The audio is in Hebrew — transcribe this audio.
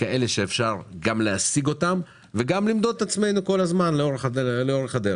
כאלה שאפשר גם להשיג אותם וגם למדוד את עצמנו כל הזמן לאורך הדרך.